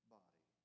body